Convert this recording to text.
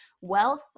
wealth